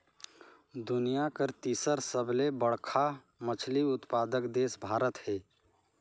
दुनिया कर तीसर सबले बड़खा मछली उत्पादक देश भारत हे